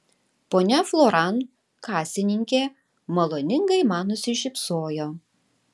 ponia floran kasininkė maloningai man nusišypsojo